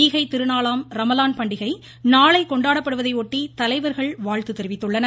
ஈகைத்திருநாளாம் ரமலான் பண்டிகை நாளை கொண்டாடப்படுவதை ஒட்டி தலைவர்கள் வாழ்த்து தெரிவித்துள்ளனர்